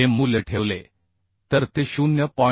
हे मूल्य ठेवले तर ते 0